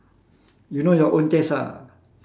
you know your own taste ah